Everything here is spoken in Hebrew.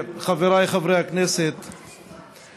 חבריי חברי הכנסת,